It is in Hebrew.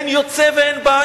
אין יוצא ואין בא.